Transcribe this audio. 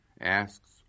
Asks